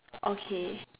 okay